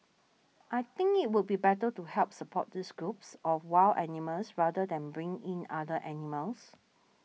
I think it would be better to help support these groups of wild animals rather than bring in other animals